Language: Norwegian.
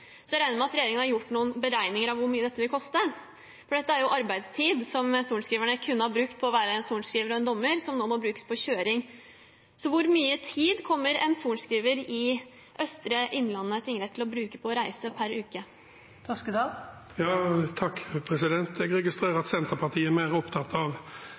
Jeg regner med at regjeringen har gjort noen beregninger av hvor mye dette vil koste. Dette er jo arbeidstid som sorenskriverne kunne ha brukt på å være sorenskriver og dommer, som nå må brukes på kjøring. Hvor mye tid kommer en sorenskriver i Østre Innlandet tingrett til å bruke på å reise per uke? Jeg registrerer at Senterpartiet er mer opptatt av